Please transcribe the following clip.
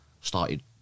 started